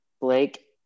Blake